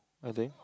I think